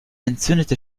entzündete